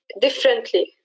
differently